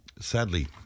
sadly